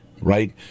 Right